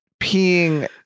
peeing